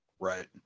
right